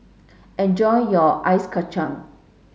enjoy your Ice Kachang